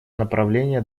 направление